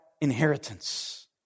inheritance